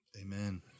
Amen